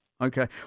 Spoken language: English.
Okay